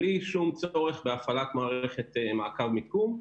בלי שום צורך בהפעלת מערכת מעקב מיקום,